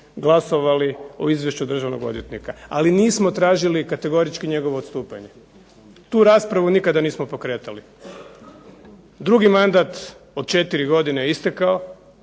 glasovali o izvješću državnog odvjetnika. Ali nismo tražili kategorički njegovo odstupanje. Tu raspravu nikada nismo pokretali. Drugi mandat od 4 godine je istekao,